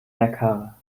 neckar